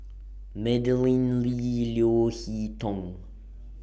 Madeleine Lee Leo Hee Tong